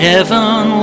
Heaven